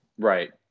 Right